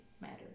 matters